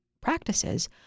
practices